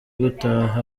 gutaha